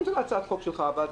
אני